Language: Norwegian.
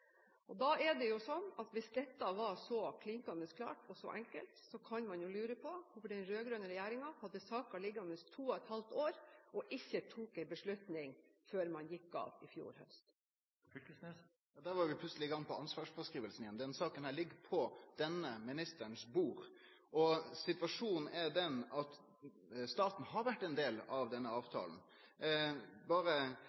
Da er det sånn at hvis dette var så klinkende klart og så enkelt, kan man lure på hvorfor den rød-grønne regjeringen har hatt saken liggende to og et halvt år og ikke tok en beslutning før man gikk av i fjor høst. Der var vi plutseleg i gang med ansvarsfråskrivinga igjen. Denne saka ligg på bordet til denne ministeren, og situasjonen er den at staten har vore ein del av denne